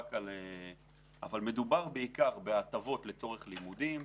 על --- אבל מדובר בעיקר על הטבות לצורך לימודים,